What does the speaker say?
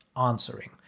answering